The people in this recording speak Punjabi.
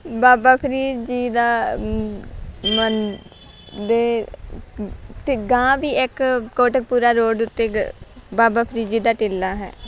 ਬਾਬਾ ਫਰੀਦ ਜੀ ਦਾ ਮੰਨਦੇ ਅਤੇ ਗਾਂ ਵੀ ਇੱਕ ਕੋਟਕਪੂਰਾ ਰੋਡ ਉੱਤੇ ਦ ਬਾਬਾ ਫਰੀਦ ਜੀ ਦਾ ਟਿੱਲਾ ਹੈ